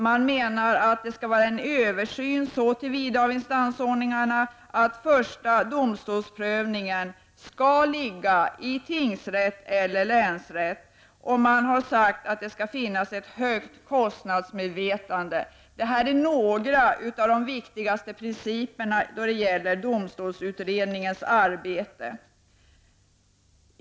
Man menar att det skall ske en översyn av instansordningarna så till vida att den första domstolsprövningen skall ske i tingsrätt eller länsrätt. Och det har sagts att kostnadsmedvetandet skall vara stort. Detta är några av de viktigaste principerna då det gäller domstolsutredningens arbete.